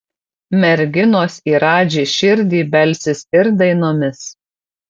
merginos į radži širdį belsis ir dainomis